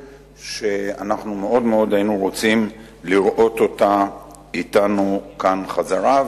ומאוד היינו רוצים לראות אותה אתנו כאן בחזרה.